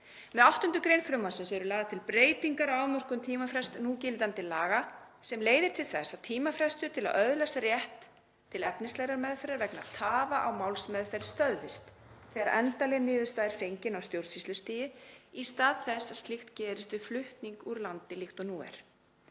Með 8. gr. frumvarpsins eru lagðar til breytingar á afmörkun tímafrests núgildandi laga sem leiðir til þess að tímafrestur til að öðlast rétt til efnislegrar meðferðar vegna tafa á málsmeðferð stöðvist þegar endanleg niðurstaða er fengin á stjórnsýslustigi í stað þess að slíkt gerist við flutning úr landi líkt og nú er.